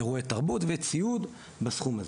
אירועי תרבות וציוד בסכום הזה.